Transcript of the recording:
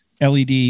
led